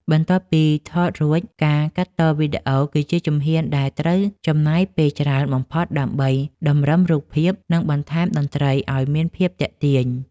បន្ទាប់ពីថតរួច ការកាត់តវីដេអូ គឺជាជំហានដែលត្រូវចំណាយពេលច្រើនបំផុតដើម្បីតម្រឹមរូបភាព និងបន្ថែមតន្ត្រីឱ្យមានភាពទាក់ទាញ។